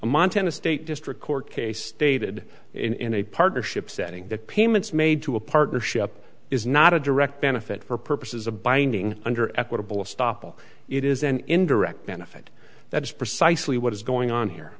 montana state district court case stated in a partnership setting that payments made to a partnership is not a direct benefit for purposes of binding under equitable stoppel it is an indirect benefit that is precisely what is going on here